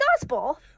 Gospel